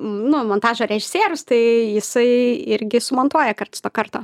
nu montažo režisierius tai jisai irgi sumontuoja karts nuo karto